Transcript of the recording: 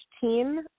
team